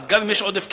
גם אם יש עודף כסף,